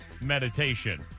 meditation